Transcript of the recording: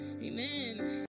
Amen